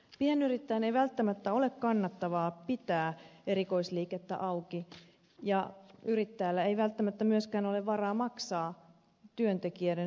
pienyrittäjän ei välttämättä ole kannattavaa pitää erikoisliikettä auki ja yrittäjällä ei välttämättä myöskään ole varaa maksaa työntekijöiden sunnuntaipalkkaa